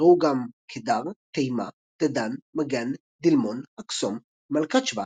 ראו גם קדר תימא דדן מגן דילמון אקסום מלכת שבא